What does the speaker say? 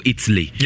Italy